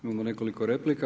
Imamo nekoliko replika.